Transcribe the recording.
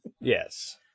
Yes